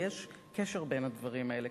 ויש קשר בין הדברים האלה,